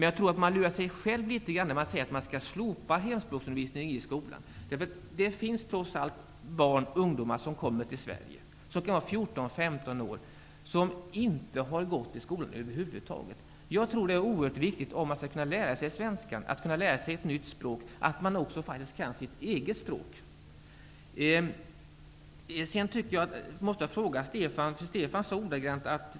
Jag tror att man lurar sig själv litet grand om man säger att vi skall slopa hemspråksundervisningen i skolan. Det finns trots allt barn och ungdomar på 14--15 år som kommer till Sverige och inte har gått i skolan över huvud taget. Jag tror att det är oerhört viktigt att de kan sitt eget språk för att de skall kunna lära sig svenska -- ett nytt språk.